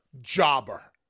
jobber